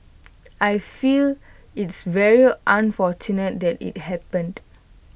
I feel it's very unfortunate that IT happened